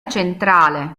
centrale